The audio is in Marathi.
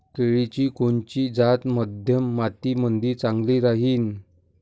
केळाची कोनची जात मध्यम मातीमंदी चांगली राहिन?